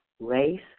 race